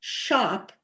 shop